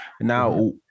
Now